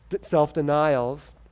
self-denials